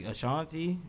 Ashanti